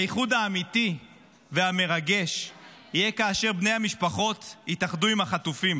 האיחוד האמיתי והמרגש יהיה כאשר בני המשפחות יתאחדו עם החטופים.